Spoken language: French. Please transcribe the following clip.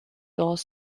dans